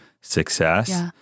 success